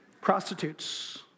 Prostitutes